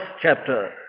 chapter